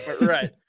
Right